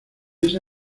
esa